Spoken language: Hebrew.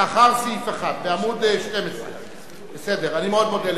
לאחר סעיף 1, בעמוד 12. אני מאוד מודה לך.